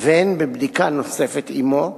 והן בבדיקה נוספת עמו,